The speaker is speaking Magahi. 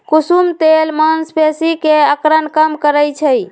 कुसुम तेल मांसपेशी के अकड़न कम करई छई